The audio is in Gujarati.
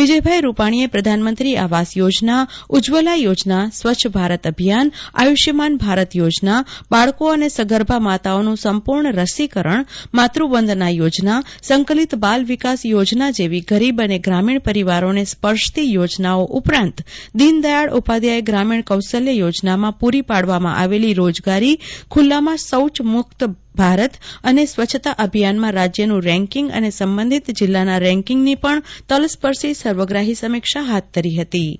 વિજયભાઈ રૂપાણીએ પ્રધાનમંત્રી આવાસ યોજના ઉજજવલા યોજના સ્વચ્છ ભારત અભિયાન આયુષ્યમાન ભારત યોજના બાળકો અને સગર્ભા માતાઓનું સંપૂર્ણ રસીકરશ માત્રવંદના યોજના સંકલિત બાલ વિકાસ યોજના જેવી ગરીબ અને ગ્રામીશ પરિવારોને સ્પર્શતી યોજનાઓ ઉપરાંત દિનદયાળ ઉપાધ્યાય ગ્રામીજા કૌશલ્ય યોજનામાં પૂરી પાડવામાં આવેલી રોજગારી ખૂલ્લામાં શૌચક્રિયામુક્ત ભારત અને સ્વચ્છતા અભિયાનમાં રાજ્યનું રેન્કિંગ અને સંબંધિત જિલ્લાના રેન્કિંગની પણ તલસ્પર્શી સર્વગ્રાહી સમીક્ષા હાથ ધરી હતી